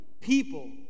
people